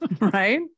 Right